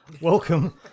Welcome